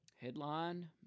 Headline